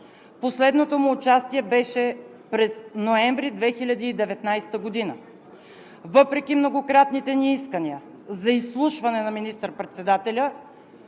Последното му участие беше през месец ноември 2019 г. Въпреки многократните ни искания за изслушване на министър-председателя